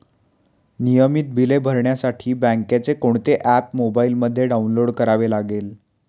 नियमित बिले भरण्यासाठी बँकेचे कोणते ऍप मोबाइलमध्ये डाऊनलोड करावे लागेल?